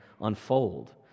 unfold